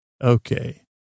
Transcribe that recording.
Okay